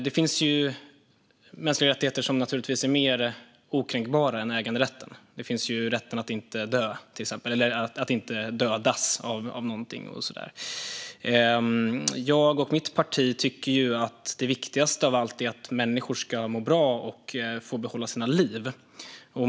Det finns naturligtvis mer okränkbara mänskliga rättigheter än äganderätten, till exempel rätten att inte dödas. Jag och mitt parti tycker att det viktigaste är att människor ska må bra och behålla sina liv.